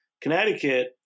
Connecticut